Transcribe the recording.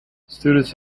students